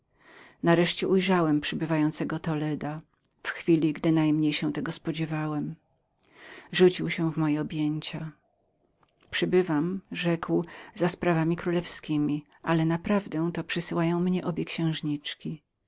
nareszcie ujrzałem przybywającego toledo w chwili gdy najmniej się tego spodziewałem rzucił się w moje objęcia przybywam rzekł za sprawami królewskiemi ale zarazem mam od księżniczki